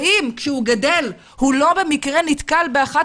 ואם כשהוא גדל הוא לא במקרה נתקל באחת